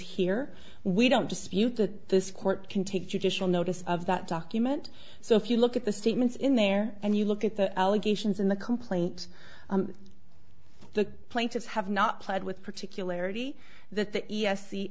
here we don't dispute that this court can take judicial notice of that document so if you look at the statements in there and you look at the allegations in the complaint the plaintiffs have not played with particularity that the e s c